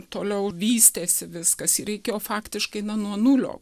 toliau vystėsi viskas reikėjo faktiškai na nuo nulio